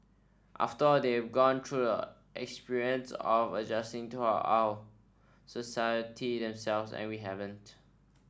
after all they've gone through experience of adjusting to our society themselves and we haven't